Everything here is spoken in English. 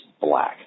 black